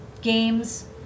games